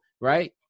right